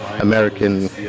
American